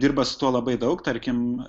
dirba su tuo labai daug tarkim